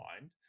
mind